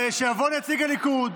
אז שיבוא נציג הליכוד,